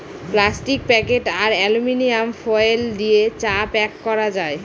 plastic packet আর aluminium foil দিয়ে চা প্যাক করা যায়